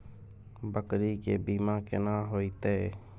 बकरी के बीमा केना होइते?